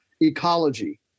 ecology